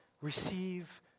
receive